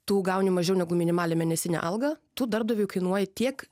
tu gauni mažiau negu minimalią mėnesinę algą tu darbdaviui kainuoji tiek